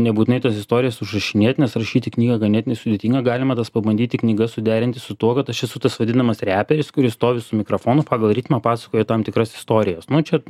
nebūtinai tas istorijas užrašinėt nes rašyti knygą ganėtinai sudėtinga galima tas pabandyti knygas suderinti su tuo kad aš esu tas vadinamas reperis kuris stovi su mikrofonu pagal ritmą pasakoja tam tikras istorijas nu čia